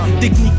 Technique